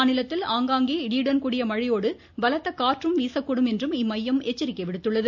மாநிலத்தில் ஆங்காங்கே இடியுடன் கூடிய மழையோடு பலத்த காற்றும் வீசக்கூடும் என்றும் இம்மையம் எச்சரிக்கை விடுத்துள்ளது